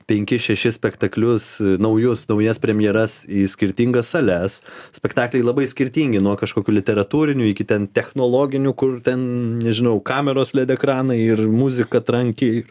penkis šešis spektaklius naujus naujas premjeras į skirtingas sales spektakliai labai skirtingi nuo kažkokių literatūrinių iki ten technologinių kur ten nežinau kameros led ekranai ir muzika tranki